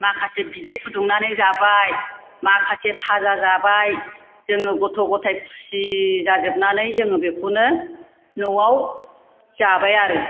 माखासे बिदै फुदुंनानै जाबाय माखासे फाजा जाबाय जोङो गथ' गथाय खुसि जाजोबनानै जोङो बेखौनो न'आव जाबाय आरो